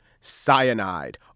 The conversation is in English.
Cyanide